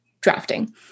Drafting